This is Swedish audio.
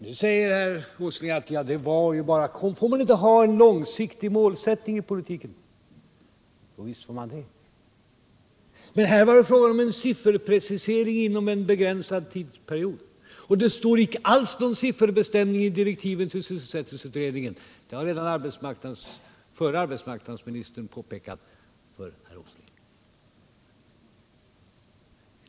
Nu säger herr Åsling: Får man inte ha en långsiktig målsättning i politiken? Jo, visst får man det. Men här var det fråga om en sifferprecisering inom en begränsad tidsperiod, och det står icke alls någon sifferbestämning i direktiven till sysselsättningsutredningen — det har redan förre arbetsmarknadsministern påpekat för herr Åsling.